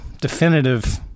definitive